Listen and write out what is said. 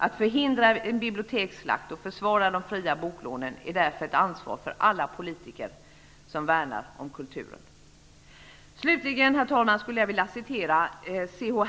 Att förhindra en biblioteksslakt och försvara de fria boklånen är därför ett ansvar för alla politiker som värnar om kulturen. Slutligen, herr talman, skulle jag vilja citera vad C.